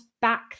back